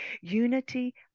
unity